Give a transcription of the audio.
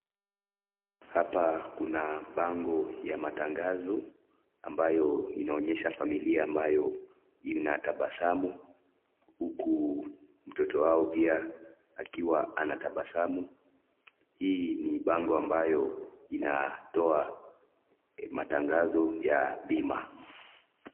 Hapa kuna bango ya matangazo ambayo inaonyesha familia ambayo inatabasamu huku mtoto wao pia akiwa anatabasamu , hii ni bango ambayo inatoa matangazo ya bima.